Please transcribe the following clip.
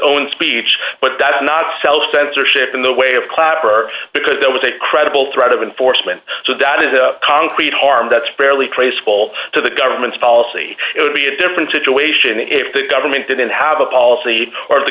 own speech but that's not self censorship in the way of clapper because there was a credible threat of enforcement so that is a concrete harm that's barely traceable to the government's policy it would be a different situation if the government didn't have a policy or the